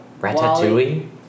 Ratatouille